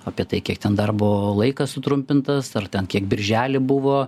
apie tai kiek ten darbo laikas sutrumpintas ar ten kiek birželį buvo